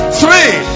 three